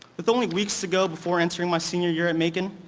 with only weeks to go before entering my senior year at macon,